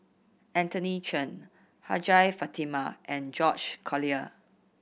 Anthony Chen Hajjah Fatimah and George Collyer